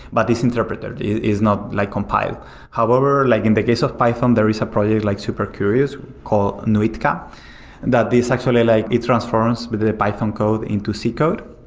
but this interpreter is not like compile however like in the case of python, there is a project like super curious called nuitka that this actually like it transforms but the python code into c code.